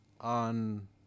on